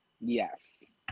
Yes